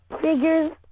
figures